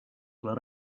were